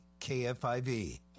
KFIV